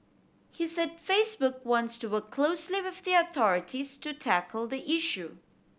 he said Facebook wants to work closely with the authorities to tackle the issue